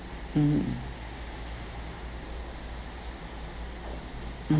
mm mm